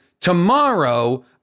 tomorrow